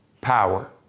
power